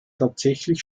tatsächlich